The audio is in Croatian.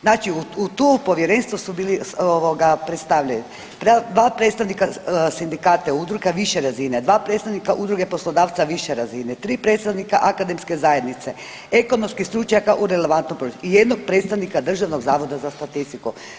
Znači u tu, u povjerenstvo su bili ovoga …/nerazumljivo/… dva predstavnika sindikata i udruga više razine, dva predstavnika udruge poslodavca više razine, tri predstavnika akademske zajednice, ekonomskih stručnjaka u relevantnom …/nerazumljivo/… i jednog predstavnika Državnog zavoda za statistiku.